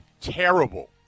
terrible